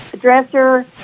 dresser